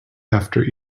after